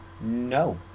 No